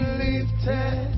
lifted